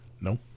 No